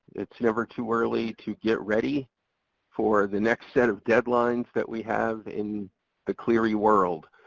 it's never too early to get ready for the next set of deadlines that we have in the clery world.